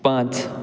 पांच